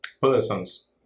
persons